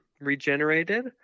regenerated